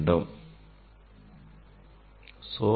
அடுத்து நாம் என்ன செய்ய வேண்டும்